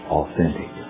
authentic